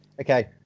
Okay